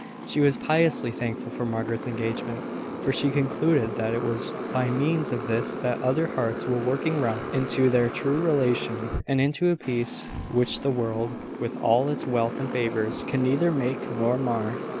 she was piously thankful for margaret's engagement for she concluded that it was by means of this that other hearts were working round into their true relation, and into a peace which the world, with all its wealth and favours, can neither make nor mar.